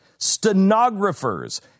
stenographers